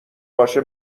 باشه